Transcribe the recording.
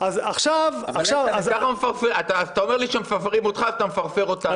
אתה אומר לי שמפרפרים אותך ואתה מפרפר אותנו.